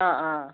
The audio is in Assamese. অ' অ'